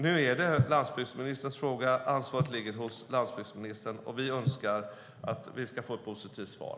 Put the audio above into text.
Nu är det landsbygdsministerns fråga. Ansvaret ligger hos landsbygdsministern, och vi önskar att vi ska få ett positivt svar.